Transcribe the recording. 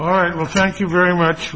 all right well thank you very much